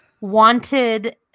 wanted